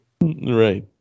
right